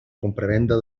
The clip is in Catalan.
compravenda